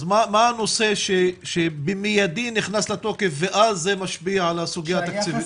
אז מה הנושא שבמידי נכנס לתוקף ואז זה משפיע על הסוגיה התקציבית?